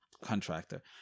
contractor